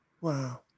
wow